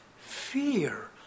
fear